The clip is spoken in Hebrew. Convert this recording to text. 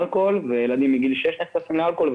ההורים אלכוהול וילדים מגיל 16 צורכים אלכוהול.